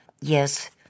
Yes